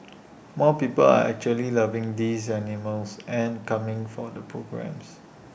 more people are actually loving these animals and coming for the programmes